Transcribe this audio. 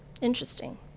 Interesting